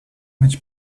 mieć